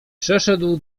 przeszedł